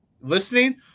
listening